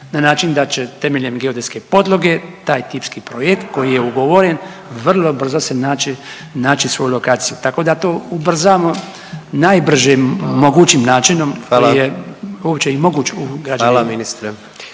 na način da će temeljem geodetske podloge taj tipski projekt koji je ugovoren vrlo brzo se naći, naći svoju lokaciju, tako da to ubrzamo najbržim mogućim načinom…/Upadica predsjednik: